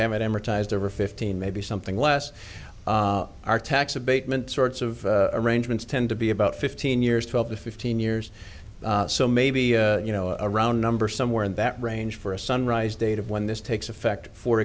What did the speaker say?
amortized over fifteen maybe something less are tax abatement sorts of arrangements tend to be about fifteen years twelve to fifteen years so maybe you know a round number somewhere in that range for a sunrise date of when this takes effect for